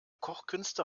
kochkünste